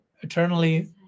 eternally